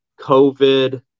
COVID